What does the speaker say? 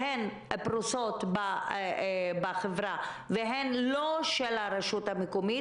שהן פרוסות בחברה והן לא של הרשות המקומית